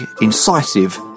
incisive